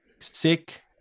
sick